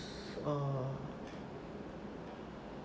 uh